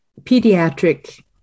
pediatric